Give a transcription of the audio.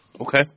Okay